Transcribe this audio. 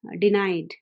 denied